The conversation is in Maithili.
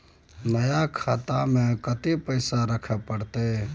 नया खाता में कत्ते पैसा रखे परतै?